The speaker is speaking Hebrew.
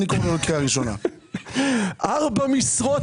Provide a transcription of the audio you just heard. ארבע משרות.